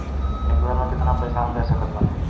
एक बेर मे केतना पैसा हम भेज सकत बानी?